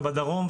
בדרום,